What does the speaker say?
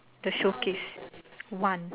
the showcase one